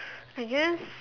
I guess